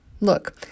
Look